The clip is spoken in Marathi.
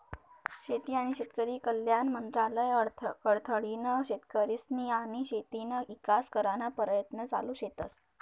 शेती आनी शेतकरी कल्याण मंत्रालय कडथीन शेतकरीस्नी आनी शेतीना ईकास कराना परयत्न चालू शेतस